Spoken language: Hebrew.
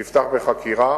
שיפתח בחקירה,